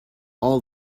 all